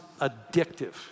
addictive